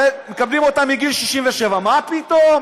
הרי מקבלים אותה מגיל 67, מה פתאום?